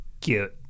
cute